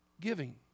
giving